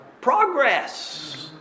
Progress